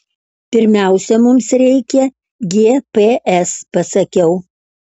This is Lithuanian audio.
pirmiausia mums reikia gps pasakiau